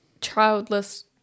childless